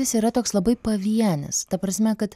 jis yra toks labai pavienis ta prasme kad